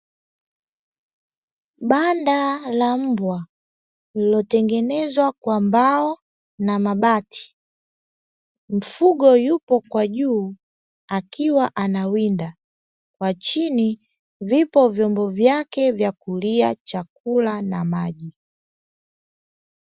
Banda la mbwa lililotengenezwa kwa mbao na mabati, mfugo yuko kwa juu akiwa anawinda kwa chini viko vyombo vyake vya kulia chakula na maji.